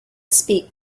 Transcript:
speak